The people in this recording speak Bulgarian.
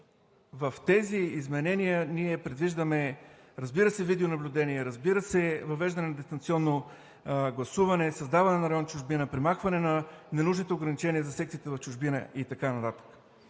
В тези изменения ние предвиждаме, разбира се, видеонаблюдение, разбира се, въвеждане на дистанционно гласуване, създаване на район „Чужбина“, премахване на ненужните ограничения за секциите в чужбина и така нататък.